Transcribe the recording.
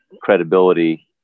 credibility